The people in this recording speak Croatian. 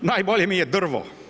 Najbolje mi je drvo.